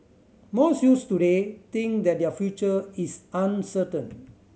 most youths today think that their future is uncertain